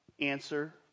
Answer